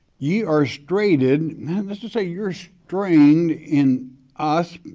yeah are straitened, man, let's just say you're strained in us,